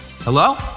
Hello